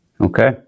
Okay